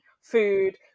food